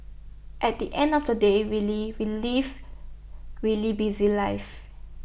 at the end of the day really we live really busy lives